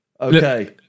Okay